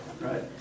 right